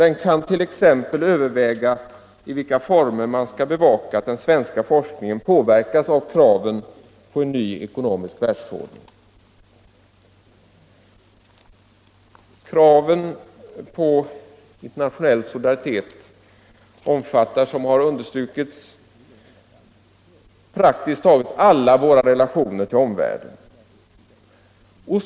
Den kan vidare t.ex. överväga i vilka former man skall bevaka att den svenska forskningen påverkas av kraven på en ny ekonomisk världsordning. Kraven på internationell solidaritet omfattar — som har understrukits — praktiskt taget alla våra relationer till omvärlden.